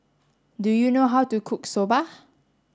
do you know how to cook Soba